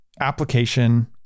application